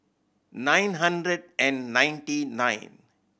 nine hundred and ninety nine